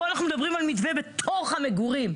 פה אנחנו מדברים על מתווה בתוך המגורים,